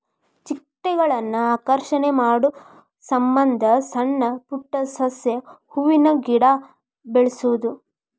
ಚಿಟ್ಟೆಗಳನ್ನ ಆಕರ್ಷಣೆ ಮಾಡುಸಮಂದ ಸಣ್ಣ ಪುಟ್ಟ ಸಸ್ಯ, ಹೂವಿನ ಗಿಡಾ ಬೆಳಸುದು